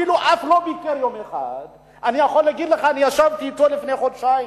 אני יכול להגיד לך שישבתי אתו לפני חודשיים,